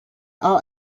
all